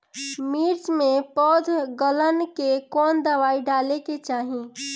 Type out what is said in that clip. मिर्च मे पौध गलन के कवन दवाई डाले के चाही?